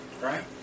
Right